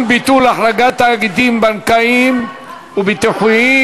ביטול החרגת תאגידים בנקאיים וביטוחיים),